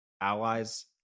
allies